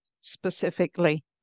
specifically